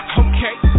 okay